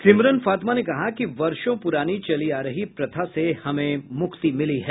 सिमरन फातिमा ने कहा कि वर्षों पुरानी चली आ रही प्रथा से हमें मुक्ति मिली है